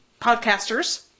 podcasters